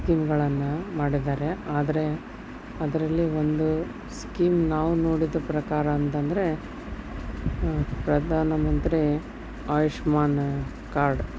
ಸ್ಕೀಮ್ಗಳನ್ನು ಮಾಡಿದ್ದಾರೆ ಆದರೆ ಅದರಲ್ಲಿ ಒಂದು ಸ್ಕೀಮ್ ನಾವು ನೋಡಿದ ಪ್ರಕಾರ ಅಂತಂದರೆ ಪ್ರಧಾನ ಮಂತ್ರಿ ಆಯುಷ್ಮಾನ್ ಕಾರ್ಡು